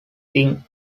thing